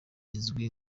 izwi